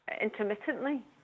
intermittently